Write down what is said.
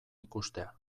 ikustea